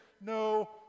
no